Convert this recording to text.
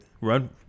run